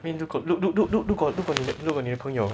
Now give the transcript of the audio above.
I mean 如果 look look look look look look look 如果如果你的朋友